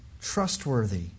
trustworthy